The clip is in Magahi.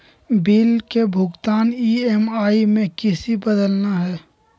बिल के भुगतान ई.एम.आई में किसी बदलना है?